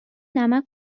نمک